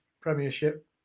premiership